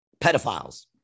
pedophiles